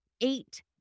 eight